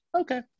okay